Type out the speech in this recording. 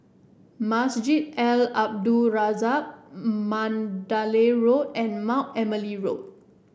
Masjid Al Abdul Razak Mandalay Road and Mount Emily Road